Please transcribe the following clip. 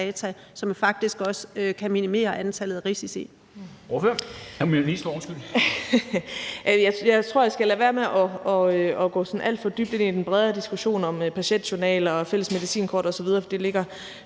Social- og ældreministeren (Astrid Krag): Jeg tror, at jeg skal lade være med at gå alt for dybt ind i den bredere diskussion om patientjournaler og Fælles Medicinkort osv.,